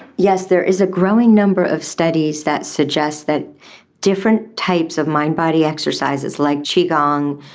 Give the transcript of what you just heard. yes, there is a growing number of studies that suggest that different types of mind body exercises, like qi gong,